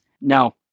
No